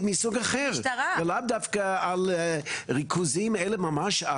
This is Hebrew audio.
מסוג אחר ולאו דווקא על ריכוזים אלה ממש,